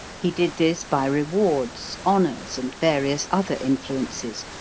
he did this by rewards, honors, and various other influences,